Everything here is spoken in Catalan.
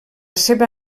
seva